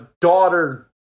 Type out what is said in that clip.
daughter